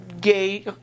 gay